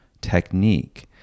technique